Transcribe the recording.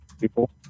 people